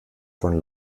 von